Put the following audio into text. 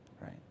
right